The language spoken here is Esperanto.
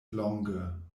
longe